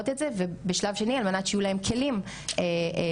הצעת החוק שלנו מבקשת לתת מענה הן במישור הפלילי,